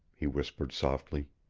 he whispered softly.